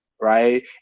right